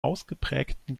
ausgeprägten